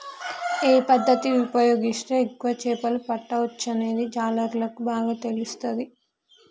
ఏ పద్దతి ఉపయోగిస్తే ఎక్కువ చేపలు పట్టొచ్చనేది జాలర్లకు బాగా తెలుస్తది